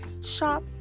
shop